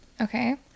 Okay